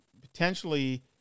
potentially